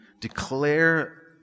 declare